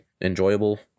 enjoyable